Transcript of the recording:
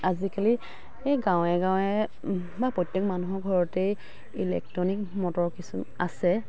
আজিকালি এই গাঁৱে গাঁৱে বা প্ৰত্যেক মানুহৰ ঘৰতেই ইলেক্ট্ৰনিক মটৰ কিছু আছে